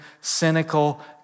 cynical